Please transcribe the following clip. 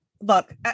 look